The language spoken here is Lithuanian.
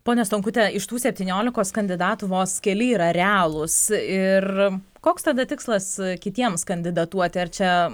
ponia stankute iš tų septyniolikos kandidatų vos keli yra realūs ir koks tada tikslas kitiems kandidatuoti ar čia